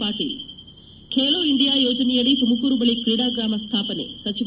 Patil Khelo India ಯೋಜನೆಯದಿ ತುಮಕೂರು ಬಳಿ ಕ್ರೀಡಾ ಗ್ರಾಮ ಸ್ವಾಪನೆ ಸಚಿವ